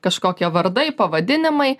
kažkokie vardai pavadinimai